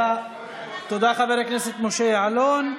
תודה לחבר הכנסת משה יעלון.